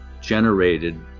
generated